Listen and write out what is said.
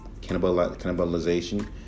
cannibalization